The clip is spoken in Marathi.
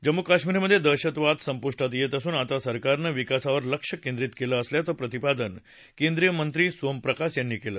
जम्मू काश्मीरमध्ये दहशतवाद संपुष्टात येत असून आता सरकारनं विकासावर लक्ष केंद्रित केलं असल्याचं प्रतिपादन केंद्रीय मंत्री सोम प्रकाश यांनी केलं